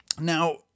Now